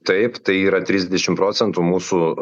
taip tai yra trisdešim procentų mūsų